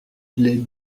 les